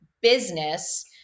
business